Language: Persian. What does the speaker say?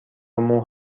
مهر